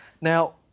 Now